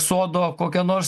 sodo kokią nors